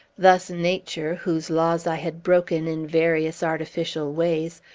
thus nature, whose laws i had broken in various artificial ways,